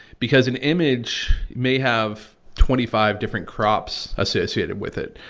because and image may have twenty five different crops associated with it.